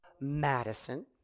Madison